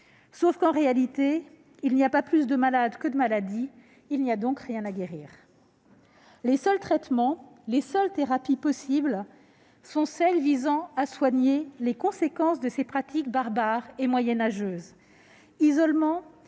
Sauf que, en réalité, il n'y a pas davantage de malades que de maladies. Il n'y a donc rien à guérir. Les seules thérapies possibles sont celles qui visent à soigner les conséquences de ces pratiques barbares et moyenâgeuses. Isolement,